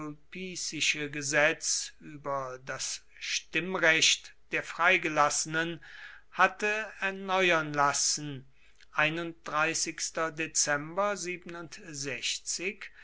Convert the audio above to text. sulpicische gesetz über das stimmrecht der freigelassenen hatte erneuern lassen ein